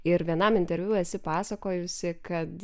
ir vienam interviu esi pasakojusi kad